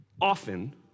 Often